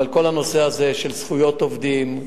אבל כל הנושא הזה של זכויות עובדים,